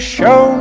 show